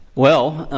well,